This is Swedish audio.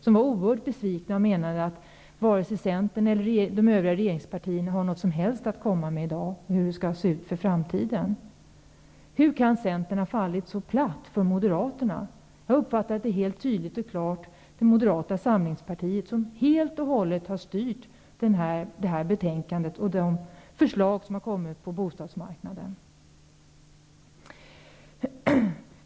De var oerhört besvikna och menade att varken Centern eller de övriga regeringspartierna har någonting att komma med om hur det skall se ut i framtiden. Hur kan Centern ha fallit så platt för Moderaterna? Jag uppfattar det tydligt och klart som att det är Moderata samlingspartiet som helt och hållet har styrt detta betänkande och de förslag som har lagts fram när det gäller bostadsmarknaden.